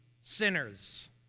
sinners